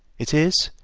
it is,